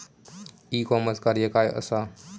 E कॉमर्सचा कार्य काय असा?